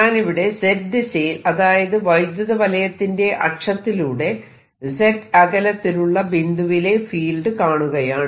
ഞാനിവിടെ Z ദിശയിൽ അതായത് വൈദ്യുത വലയത്തിന്റെ അക്ഷത്തിലൂടെ z അകലത്തിലുള്ള ബിന്ദുവിലെ ഫീൽഡ് കാണുകയാണ്